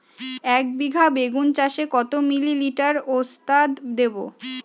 একবিঘা বেগুন চাষে কত মিলি লিটার ওস্তাদ দেবো?